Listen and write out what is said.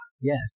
Yes